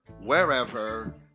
wherever